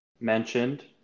mentioned